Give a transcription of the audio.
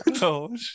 no